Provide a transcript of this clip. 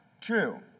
true